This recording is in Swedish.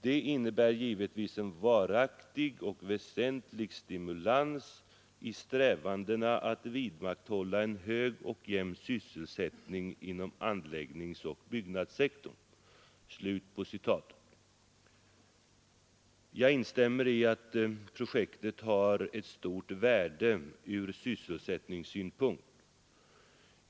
Det innebär givetvis en varaktig och väsentlig stimulans i strävandena att vidmakthålla en hög och jämn sysselsättning inom anläggningsoch byggnadssektorn.” Jag instämmer i att projektet har ett stort värde ur sysselsättningssynpunkt.